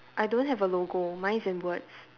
I don't have a logo mine is in words